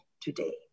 today